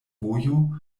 vojo